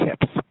tips